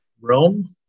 Rome